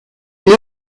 les